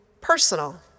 personal